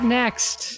next